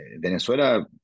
Venezuela